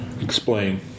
Explain